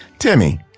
timmy,